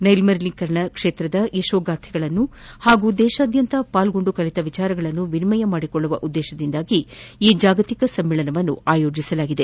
ನೈರ್ಮಲೀಕರಣ ಕ್ಷೇತ್ರದ ಯಶೋಗಾಥೆಗಳನ್ನು ಹಾಗೂ ದೇಶಾದ್ಯಂತ ಪಾಲ್ಗೊಂಡು ಕಲಿತ ವಿಚಾರಗಳನ್ನು ವಿನಿಮಯ ಮಾಡಿಕೊಳ್ಳುವ ಉದ್ಗೇಶದಿಂದಾಗಿ ಈ ಜಾಗತಿಕ ಸಮ್ಮೇಳನವನ್ನು ಹಮ್ಮಿಕೊಳ್ಳಲಾಗಿದೆ